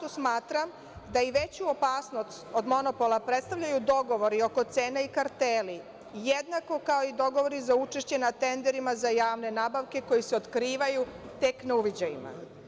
Smatram da i veću opasnost od monopola predstavljaju dogovori oko cena i kartela jednako kao i dogovori za učešće na tenderima za javne nabavke koji se otkrivaju tek na uviđajima.